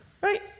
right